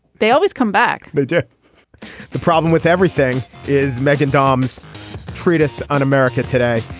they always come back. they did the problem with everything is meghan dom's treatise on america today.